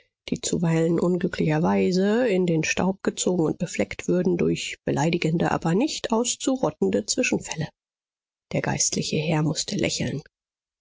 die zuweilen unglücklicherweise in den staub gezogen und befleckt würden durch beleidigende aber nicht auszurottende zwischenfälle der geistliche herr mußte lächeln